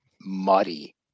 muddy